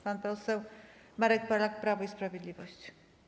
Pan poseł Marek Polak, Prawo i Sprawiedliwość.